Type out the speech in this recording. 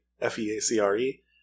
f-e-a-c-r-e